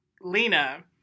Lena